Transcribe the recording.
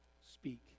Speak